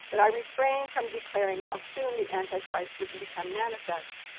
but i refrained from declaring how soon the antichrist would become manifest.